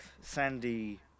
sandy